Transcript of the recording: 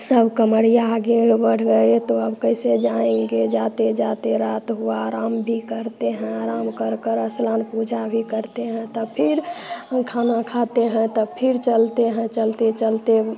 सब कँवरिया आगे बढ़ गए तो अब कैसे जाएंगे जाते जाते रात हुआ आराम भी करते हैं आराम कर कर स्नान पूजा भी करते हैं तब फिर खाना खाते हैं तब फिर चलते हैं चलते चलते